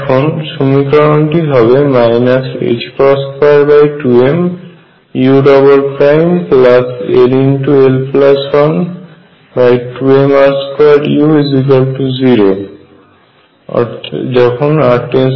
এখন সমীকরণটি হবে 22mull12mr2u0 r 0